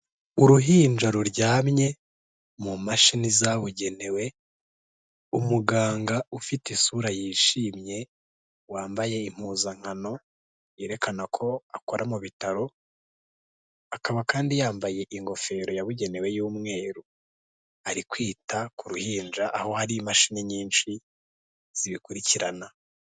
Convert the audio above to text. Uruhinja ruryamye mu mashini zabugenewe umuganga ufite isura yishimye wambaye impuzankano yerekana ko akora mu bitaro akaba kandi yambaye ingofero yabugenewe y'umweru ari kwita ku ruhinja aho hari imashini nyinshi zibikurikirana.